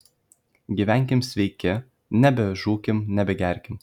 gyvenkim sveiki nebežūkim nebegerkim